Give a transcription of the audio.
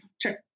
Check